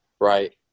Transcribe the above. right